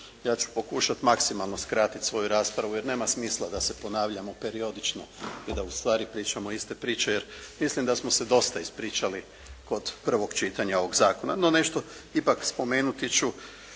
ja ću pokušati maksimalno skratiti svoju raspravu, jer nema smisla da se ponavljamo periodično i da ustvari pričamo iste priče, jer mislim da smo se dosta ispričali kod prvog čitanja ovog zakona. No nešto ipak spomenuti ću